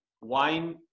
wine